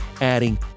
adding